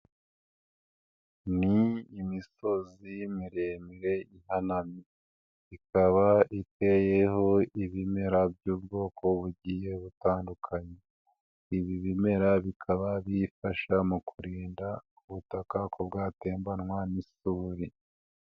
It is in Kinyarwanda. Ni imisozizo miremire ihanamye, ikaba iteyeho ibimera by'ubwoko bugiye butandukanye, ibi bimera bikaba bifasha mu kurinda ubutaka ko bwatembanwa n'isuri.